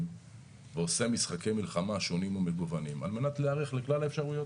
ועושה משחקי מלחמה שונים ומגוונים על מנת להיערך לכלל האפשרויות,